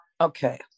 okay